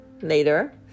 later